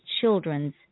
children's